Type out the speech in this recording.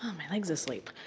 my leg's asleep.